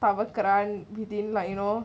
power run within like you know